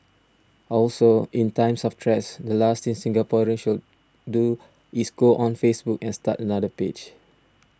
also in times of threats the last thing Singaporeans should do is go on Facebook and start another page